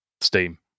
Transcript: Steam